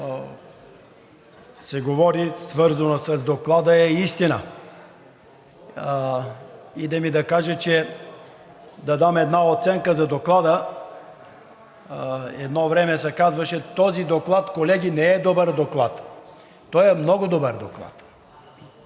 се говори, свързано с Доклада, е истина. Иде ми да кажа, да дам една оценка за Доклада. Едно време се казваше: „Този доклад, колеги, не е добър доклад. Той е много добър доклад.“